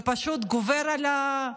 ופשוט גובר על תודה.